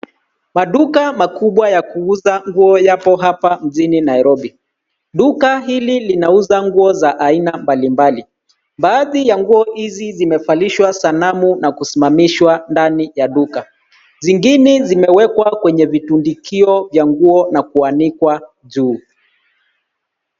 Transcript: Maduka makubwa ya kuuza nguo yapo hapa mjini Nairobi. Duka hili linauza nguo za aina mbalimbali, baadhi ya nguo hizi zimevalishwa sanamu na kusimamishwa ndani ya duka. Zingine zimewekwa kwenye vitundikio vya nguo na kuanikwa juu.